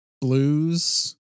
blues